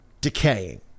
decaying